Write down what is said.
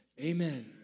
amen